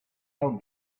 how